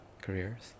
careers